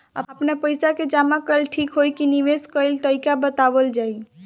आपन पइसा के जमा कइल ठीक होई की निवेस कइल तइका बतावल जाई?